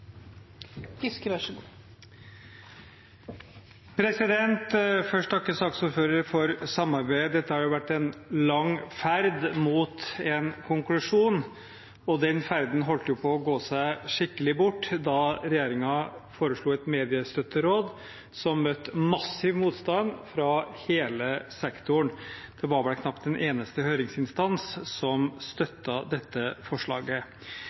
først takke saksordføreren for samarbeidet. Dette har vært en lang ferd mot en konklusjon, og den ferden holdt på å gå seg skikkelig bort da regjeringen foreslo et mediestøtteråd, noe som møtte massiv motstand fra hele sektoren. Det var vel knapt en eneste høringsinstans som støttet det forslaget.